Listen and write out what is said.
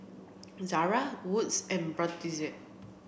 Zara Wood's and Brotzeit